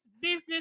Business